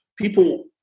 people